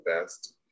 best